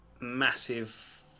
massive